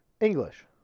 English